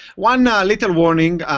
one little warning,